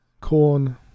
Corn